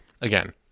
Again